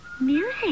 Music